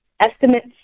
estimates